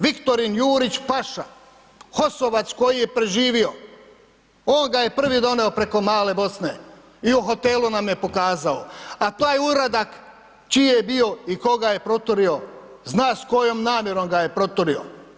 Viktorin Jurić Paša, HOS-ovac koji je preživio, on ga je prvi doneo preko Male Bosne i u hotelu nam je pokazao, a taj uradak čiji je bio i ko ga je proturio, zna s kojom namjerom ga je proturio.